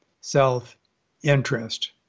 self-interest